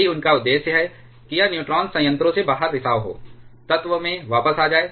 यही उनका उद्देश्य है कि यह न्यूट्रॉन संयंत्रों से बाहर रिसाव हो तत्व में वापस आ जाए